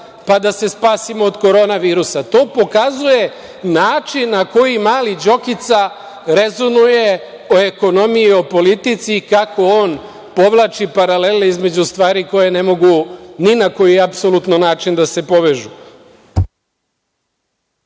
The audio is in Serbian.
pa da se spasimo od korona virusa. To pokazuje način na koji mali Đokica rezonuje o ekonomiji i politici i kako on podvlači paralele između stvari koje ne mogu ni na koji apsolutno način da se povežu.